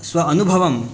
स्व अनुभवं